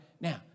Now